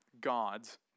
God's